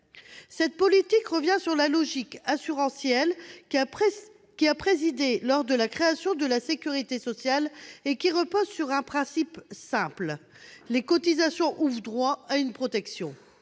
Cette politique revient sur la logique assurantielle ayant présidé à la création de la sécurité sociale et qui repose sur un principe simple, selon lequel les cotisations ouvrent droit à une protection.